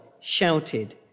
shouted